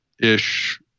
ish